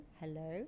hello